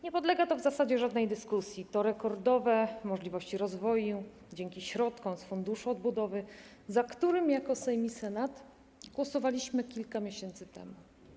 Nie podlega to w zasadzie żadnej dyskusji, to rekordowe możliwości rozwoju dzięki środkom z Funduszu Odbudowy, za którym jako Sejm i Senat głosowaliśmy kilka miesięcy temu.